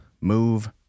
move